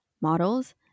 models